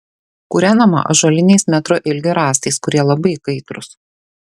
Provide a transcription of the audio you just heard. kūrenama ąžuoliniais metro ilgio rąstais kurie labai kaitrūs